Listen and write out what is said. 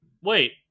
wait